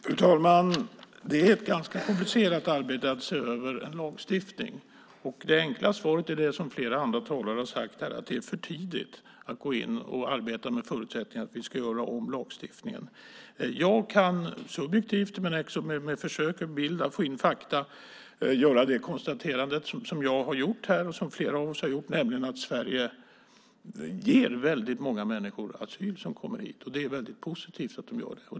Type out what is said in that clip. Fru talman! Det är ett ganska komplicerat arbete att se över en lagstiftning. Det enkla svaret är det som flera andra talare har sagt här - det är för tidigt att gå in och arbeta med förutsättningarna att vi ska göra om lagstiftningen. Om jag försöker med en bild att få in fakta kan jag subjektivt göra det konstaterande som jag och flera andra har gjort här, nämligen att Sverige ger många människor som kommer hit asyl. Det är positivt.